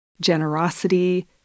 generosity